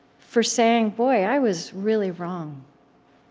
for saying, boy, i was really wrong.